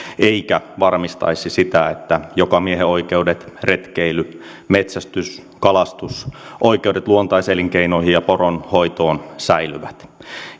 eikä varmistaisi sitä että jokamiehenoikeudet retkeily metsästys kalastus oikeudet luontaiselinkeinoihin ja poronhoitoon säilyvät